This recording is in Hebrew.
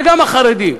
וגם החרדים.